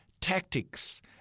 tactics